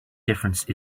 difference